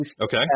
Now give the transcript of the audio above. Okay